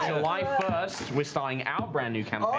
and july first, we're starting our brand new campaign.